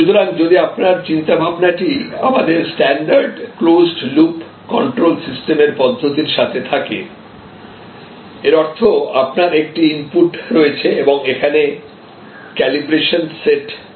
সুতরাং যদি আপনার চিন্তাভাবনাটি আমাদের স্ট্যান্ডার্ড ক্লোজড লুপ কন্ট্রোল সিস্টেমের পদ্ধতির সাথে থাকে এর অর্থ আপনার একটি ইনপুট রয়েছে এবং এখানে ক্যালিব্রেশন সেট থাকতে পারে